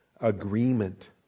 Agreement